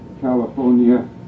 California